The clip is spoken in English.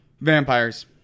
vampires